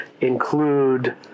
include